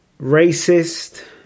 racist